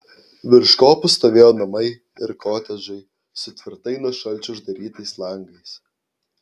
virš kopų stovėjo namai ir kotedžai su tvirtai nuo šalčio uždarytais langais